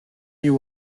you